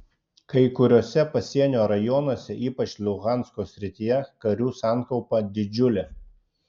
kai kuriuose pasienio rajonuose ypač luhansko srityje karių sankaupa didžiulė